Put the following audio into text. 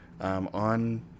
on